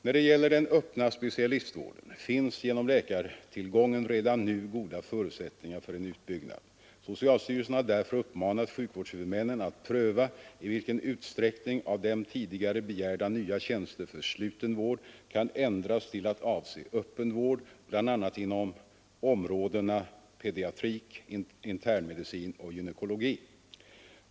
När det gäller den öppna specialistvården finns genom läkartillgången redan nu goda förutsättningar för en utbyggnad. Socialstyrelsen har därför uppmanat sjukvårdshuvudmännen att pröva i vilken utsträckning av dem tidigare begärda nya tjänster för sluten vård kan ändras till att avse öppen vård bl.a. inom områdena pediatrik, internmedicin och gynekologi.